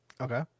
Okay